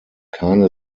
keine